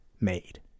made